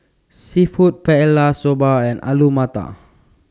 Seafood Paella Soba and Alu Matar